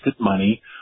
money